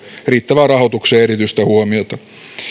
riittävään rahoitukseen erityistä huomiota